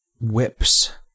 whips